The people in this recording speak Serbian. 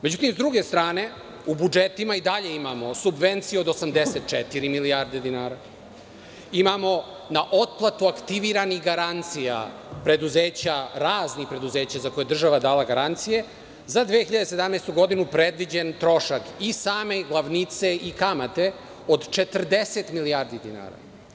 Međutim, s druge strane, u budžetima i dalje imamo i subvencije od 84 milijarde dinara, imamo na otplatu aktiviranih garancija preduzeća, raznih preduzeća za koje je država dala garancije, za 2017. godinu predviđen trošak i same glavnice i kamate od 40 milijardi dinara.